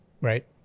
right